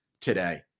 today